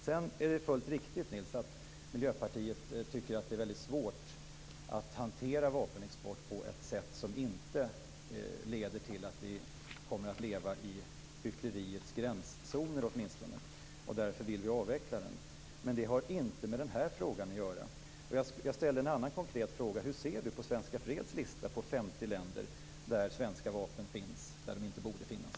Det är fullt riktigt, Nils T Svensson, att Miljöpartiet tycker att det väldigt svårt att hantera vapenexportfrågan på ett sätt som åtminstone inte leder till att vi kommer att leva i hyckleriets gränszoner, och därför vill vi avveckla vapenexporten. Det har inte med den här frågan att göra. Jag skulle vilja ställa en annan konkret fråga: Hur ser Nils T Svensson på Svenska Freds lista över 50 länder där svenska vapen finns där de inte borde finnas?